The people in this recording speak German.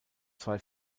zwei